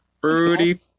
Fruity